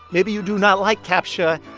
maybe you do not like captcha.